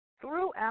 throughout